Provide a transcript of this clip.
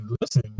listen